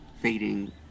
fading